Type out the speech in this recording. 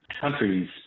countries